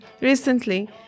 recently